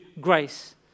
grace